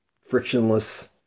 frictionless